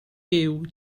giw